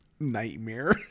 Nightmare